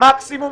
במקסימום?